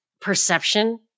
perception